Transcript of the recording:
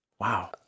Wow